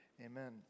Amen